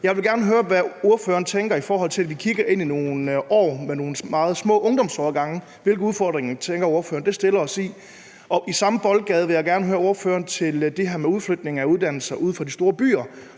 Jeg vil gerne høre, hvad ordføreren tænker om, at vi kigger ind i nogle år med nogle meget små ungdomsårgange. Hvilke udfordringer tænker ordføreren det stiller os i? Og i samme boldgade vil jeg gerne høre ordføreren til det her med udflytningen af uddannelser uden for de store byer.